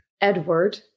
Edward